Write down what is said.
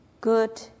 good